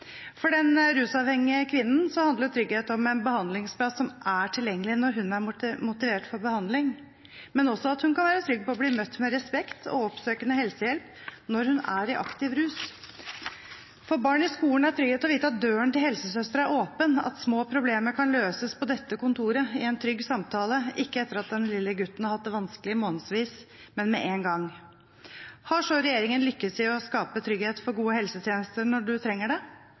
For den rusavhengige kvinnen handler trygghet om en behandlingsplass som er tilgjengelig når hun er motivert for behandling, men også at hun kan være trygg på å bli møtt med respekt og oppsøkende helsehjelp når hun er i aktiv rus. For barn i skolen er trygghet å vite at døren til helsesøster er åpen, at små problemer kan løses på dette kontoret i en trygg samtale, ikke etter at den lille gutten har hatt det vanskelig i månedsvis, men med én gang. Har så regjeringen lyktes i å skape trygghet for gode helsetjenester når en trenger det?